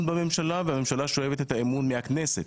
בממשלה והממשלה שואבת את האמון מהכנסת,